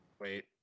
Wait